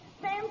Sam